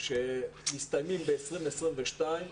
שמסתיימים ב-2022,